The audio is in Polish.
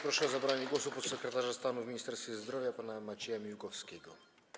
Proszę o zabranie głosu podsekretarza stanu w Ministerstwie Zdrowia pana Macieja Miłkowskiego.